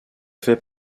fait